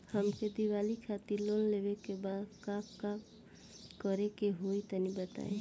हमके दीवाली खातिर लोन लेवे के बा का करे के होई तनि बताई?